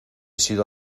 sido